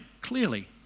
clearly